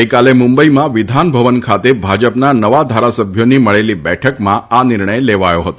ગઇકાલે મુંબઇમાં વિધાન ભવન ખાતે ભાજપના નવા ધારાસભ્યોની મળેલી બેઠકમાં આ નિર્ણય લેવાયો હતો